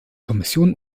kommission